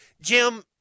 Jim